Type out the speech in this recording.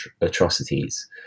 atrocities